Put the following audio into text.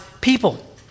people